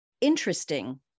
interesting